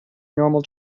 normal